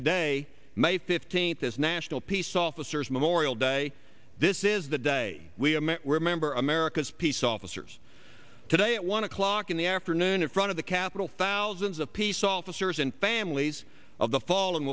today may fifteenth this national peace officers memorial day this is the day we are met remember america's peace officers today at one o'clock in the afternoon in front of the capitol thousands of peace officers and families of the fall and